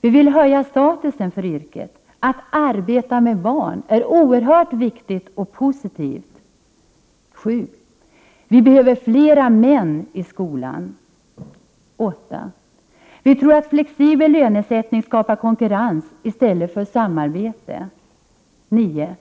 Vi vill höja statusen för yrket. Att arbeta med barn är oerhört viktigt och positivt. 7. Vi behöver fler män i skolan. 8. Vi tror att flexibel lönesättning skapar konkurrens i stället för samarbete. 9.